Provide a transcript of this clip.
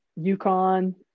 UConn